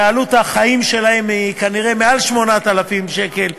ועלות החיים שלהם היא כנראה מעל 8,000 שקל,